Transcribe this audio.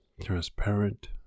Transparent